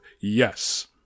yes